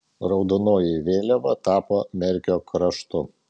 raudonoji vėliava tapo merkio kraštu